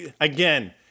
Again